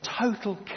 total